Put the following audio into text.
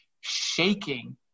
shaking